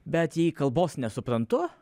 bet jei kalbos nesuprantu